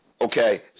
okay